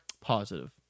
positive